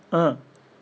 ah